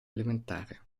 elementare